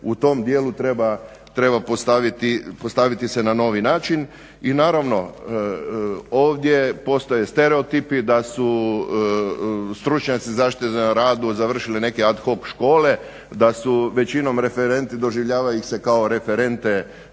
u tom dijelu treba postaviti se na novi način. I naravno ovdje postoje stereotipi da su stručnjaci zaštite na radu završili neke ad hoc škole, da su većinom referenti doživljava ih se kao referente